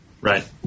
Right